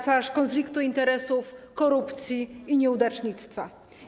Twarz konfliktu interesów, korupcji i nieudacznictwa.